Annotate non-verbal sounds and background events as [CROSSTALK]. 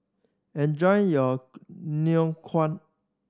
enjoy your [UNINTELLIGIBLE] ngoh kuang